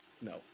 No